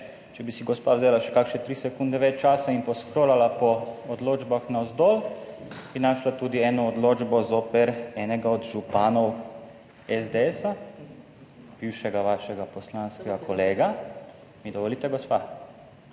Če bi si gospa vzela še kakšne tri sekunde več časa in poskrolala po odločbah navzdol, bi našla tudi eno odločbo zoper enega od županov SDS, bivšega vašega poslanskega kolega - mi dovolite, gospa?